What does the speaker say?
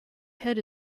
head